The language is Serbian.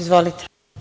Izvolite.